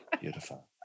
beautiful